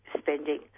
spending